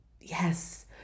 Yes